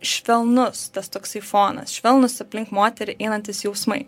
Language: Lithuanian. švelnus tas toksai fonas švelnūs aplink moterį einantys jausmai